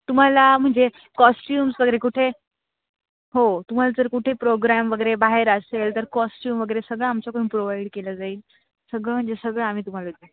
तुमाला म्हणजे कॉस्च्युम्स वगैरे कुठे हो तुम्हाला जर कुठे प्रोग्रॅम वगैरे बाहेर असेल तर कॉस्च्युम वगैरे सगळं आमच्याकडून प्रोव्हाईड केलं जाईल सगळं म्हणजे सगळं आम्ही तुम्हाला देऊ